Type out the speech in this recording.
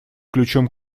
ключом